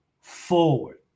forward